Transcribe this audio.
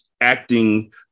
acting